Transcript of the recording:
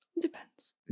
depends